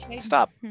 stop